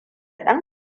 ɗan